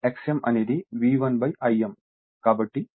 కాబట్టి V1 I0 sin∅0